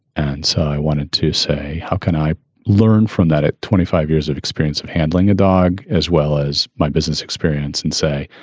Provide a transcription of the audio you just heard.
and so i wanted to say, how can i learn from that at twenty five years of experience of handling a dog as well as my business experience and say,